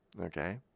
Okay